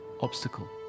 obstacle